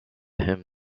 him